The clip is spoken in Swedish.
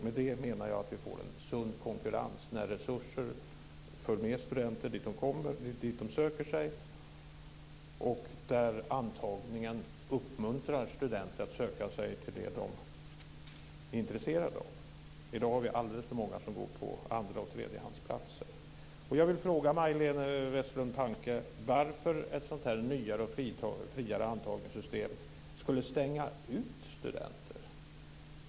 Med det menar jag att vi får en sund konkurrens när resurser för fler studenter dit de söker sig och där antagningen uppmuntrar studenter att söka sig till det som de är intresserade av. I dag har vi alldeles för många som går på andra och tredjehandsplatser. Jag vill fråga Majléne Westerlund Panke varför ett sådant här nyare och friare antagningssystem skulle stänga ute studenter.